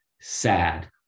sad